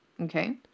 Okay